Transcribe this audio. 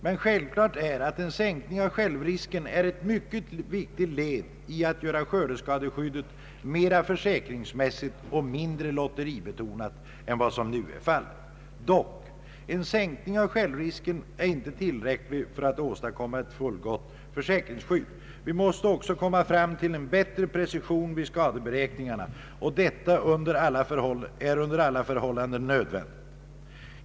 Men självklart är att en sänkning av självrisken är ett mycket viktigt led i att göra skördeskadeskyddet mera försäkringsmässigt och mindre lotteribetonat än vad nu är fallet. Dock är en sänkning av självrisken inte tillräcklig för att åstadkomma ett fullgott försäkringsskydd. Vi måste också komma fram till en bättre precision vid skadeberäkningarna, och detta är under alla förhållanden nödvändigt.